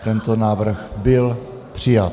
Tento návrh byl přijat.